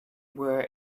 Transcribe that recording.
were